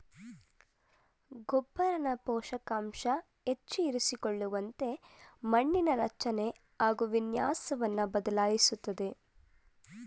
ಗೊಬ್ಬರನ ಪೋಷಕಾಂಶ ಹೆಚ್ಚು ಇರಿಸಿಕೊಳ್ಳುವಂತೆ ಮಣ್ಣಿನ ರಚನೆ ಹಾಗು ವಿನ್ಯಾಸವನ್ನು ಬದಲಾಯಿಸ್ತದೆ